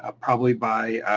ah probably by